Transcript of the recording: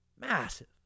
Massive